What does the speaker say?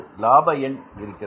லாப எண் இருக்கிறது